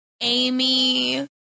Amy